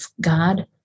God